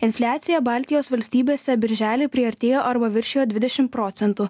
infliacija baltijos valstybėse birželį priartėjo arba viršijo dvidešim procentų